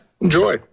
Enjoy